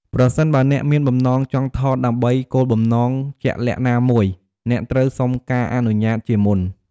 ប្រសិនបើអ្នកមានបំណងចង់ថតដើម្បីគោលបំណងជាក់លាក់ណាមួយ អ្នកត្រូវសុំការអនុញ្ញាតជាមុន។